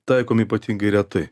taikomi ypatingai retai